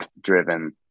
driven